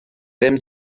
ddim